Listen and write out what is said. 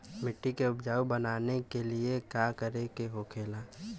मिट्टी के उपजाऊ बनाने के लिए का करके होखेला?